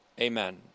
amen